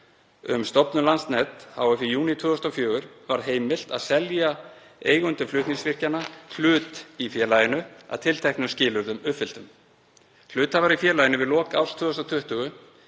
um stofnun Landsnets hf. í júní 2004 varð heimilt að selja eigendum flutningsvirkjanna hlut í félaginu að tilteknum skilyrðum uppfylltum. Hluthafar í félaginu við lok árs 2020